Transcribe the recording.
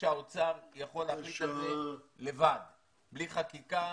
שהאוצר יכול להחליט לבד בלי חקיקה.